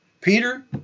Peter